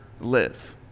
live